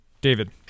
David